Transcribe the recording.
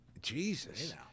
Jesus